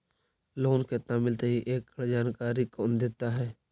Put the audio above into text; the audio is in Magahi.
लोन केत्ना मिलतई एकड़ जानकारी कौन देता है?